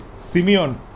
Simeon